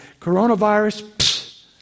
Coronavirus